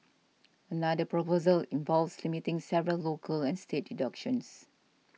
another proposal involves limiting several local and state deductions